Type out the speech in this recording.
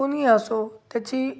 कोणी असो त्याची